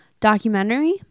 documentary